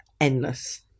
endless